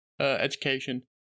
education